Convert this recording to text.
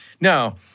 Now